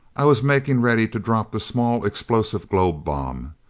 i was making ready to drop the small explosive globe bomb.